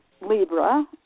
libra